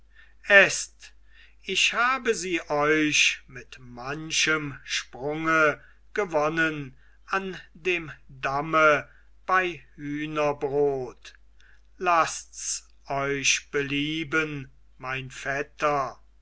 eßt ich habe sie euch mit manchem sprunge gewonnen an dem damme bei hünerbrot laßts euch belieben mein vetter